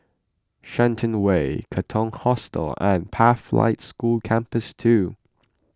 Shenton Way Katong Hostel and Pathlight School Campus two